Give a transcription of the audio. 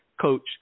Coach